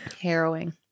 Harrowing